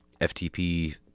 FTP